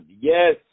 Yes